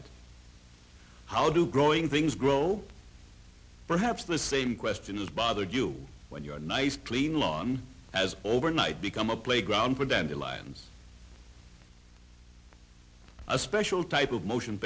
it how do growing things grow perhaps the same question has bothered you when your nice clean lawn as overnight become a playground for dandelions a special type of motion